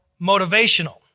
motivational